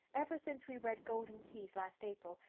ever since we read golden keys last april,